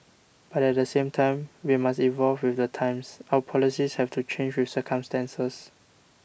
but at the same time we must evolve with the times our policies have to change with circumstances